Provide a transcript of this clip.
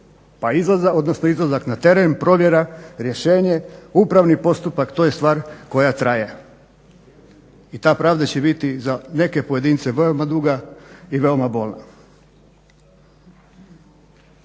pa rješenje, pa izlazak na teren, provjera, rješenje, upravni postupak to je stvar koja traje. I ta pravda će biti za neke pojedince veoma duga i veoma bolna.